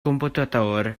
computator